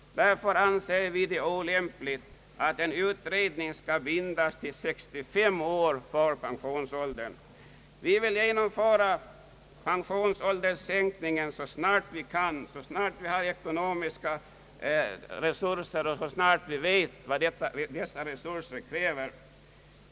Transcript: Därför anser vi det olämpligt att en utredning skall bindas till 65 år för pensionsåldern. Vi vill genomföra pensionssänkningen så snart vi har ekonomiska resurser.